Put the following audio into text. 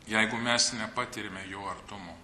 jeigu mes nepatiriame jo artumo